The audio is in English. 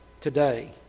today